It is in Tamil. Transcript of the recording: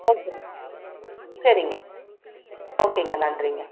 ஓகே சரிங்க ஓகேங்க நன்றிங்க